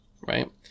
right